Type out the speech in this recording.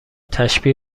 تشبیه